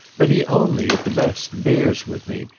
but he only, at the best, bears with me.